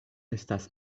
estas